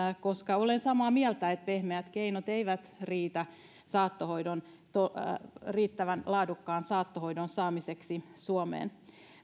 koska olen samaa mieltä siitä että pehmeät keinot eivät riitä riittävän laadukkaan saattohoidon saamiseksi suomeen